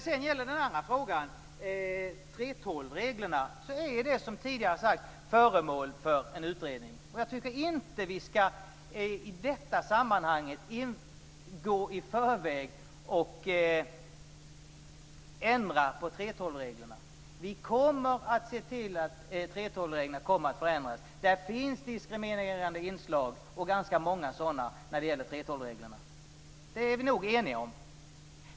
3:12-reglerna är, som tidigare har sagts, föremål för en utredning. Jag tycker inte att vi i detta sammanhang ska ändra på 3:12-reglerna i förväg. Vi kommer att se till att 3:12-reglerna förändras. Det finns ganska många diskriminerande inslag i 3:12 reglerna. Det är vi nog eniga om.